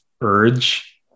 urge